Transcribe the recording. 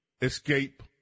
escape